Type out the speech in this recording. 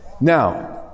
Now